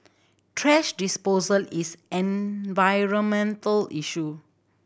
thrash disposal is an environmental issue